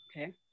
okay